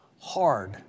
hard